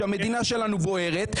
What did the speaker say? כשהמדינה שלנו בוערת,